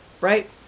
right